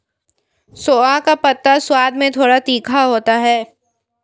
सोआ का पत्ता स्वाद में थोड़ा तीखा होता है